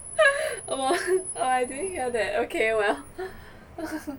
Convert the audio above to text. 我 I didn't hear that okay well